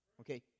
Okay